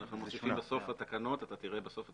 אתה תראה בסוף התקנות,